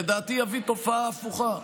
לדעתי זה יביא לתופעה הפוכה,